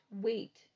wait